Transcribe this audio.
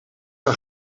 een